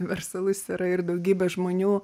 universalus yra ir daugybė žmonių